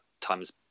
times